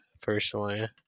personally